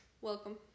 Welcome